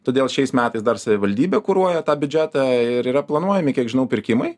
todėl šiais metais dar savivaldybė kuruoja tą biudžetą ir yra planuojami kiek žinau pirkimai